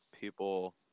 people